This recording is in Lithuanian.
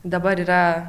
dabar yra